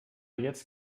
jetzt